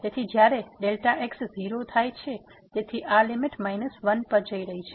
તેથી જ્યારે x 0 થાય છે તેથી આ લીમીટ 1 પર જઈ રહી છે